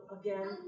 again